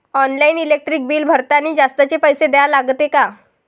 Online electric bill भरतानी जास्तचे पैसे द्या लागते का?